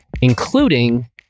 including